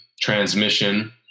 transmission